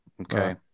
okay